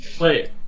Wait